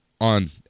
on